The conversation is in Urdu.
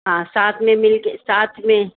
ہاں ساتھ میں مل کے ساتھ میں